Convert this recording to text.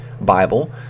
Bible